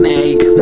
Make